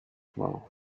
while